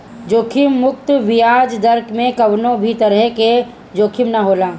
जोखिम मुक्त बियाज दर में कवनो भी तरही कअ जोखिम ना होला